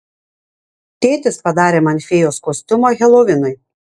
tėtis padarė man fėjos kostiumą helovinui